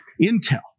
Intel